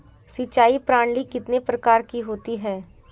सिंचाई प्रणाली कितने प्रकार की होती है?